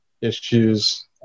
issues